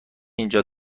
اینجا